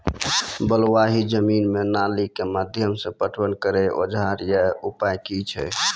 बलूआही जमीन मे नाली के माध्यम से पटवन करै औजार या उपाय की छै?